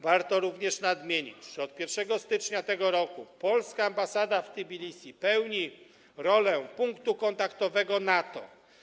Warto również nadmienić, że od 1 stycznia tego roku polska ambasada w Tbilisi pełni rolę punktu kontaktowego NATO.